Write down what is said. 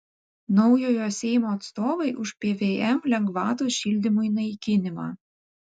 naujojo seimo atstovai už pvm lengvatos šildymui naikinimą